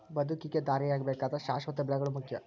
ಬದುಕಿಗೆ ದಾರಿಯಾಗಬೇಕಾದ್ರ ಶಾಶ್ವತ ಬೆಳೆಗಳು ಮುಖ್ಯ